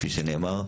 כפי שנאמר,